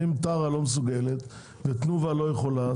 אם טרה לא מסוגלת ותנובה לא יכולה,